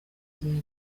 gihe